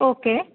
okay